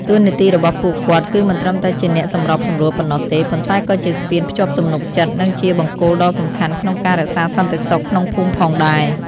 តួនាទីរបស់ពួកគាត់ គឺមិនត្រឹមតែជាអ្នកសម្របសម្រួលប៉ុណ្ណោះទេ ប៉ុន្តែក៏ជាស្ពានភ្ជាប់ទំនុកចិត្ត និងជាបង្គោលដ៏សំខាន់ក្នុងការរក្សាសន្តិសុខក្នុងភូមិផងដែរ។